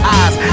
eyes